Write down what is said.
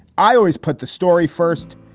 i always put the story first.